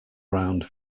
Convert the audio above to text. round